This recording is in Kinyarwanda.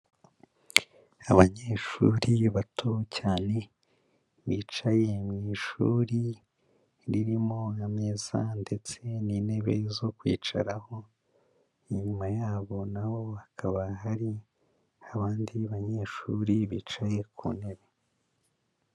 Abanyeshuri bato cyane, bicaye mu ishuri, ririmo ameza ndetse n'intebe zo kwicaraho, inyuma yabo na ho hakaba hari abandi banyeshuri bicaye ku ntebe.